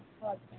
ஓகேங்க